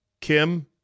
Kim